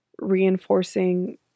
reinforcing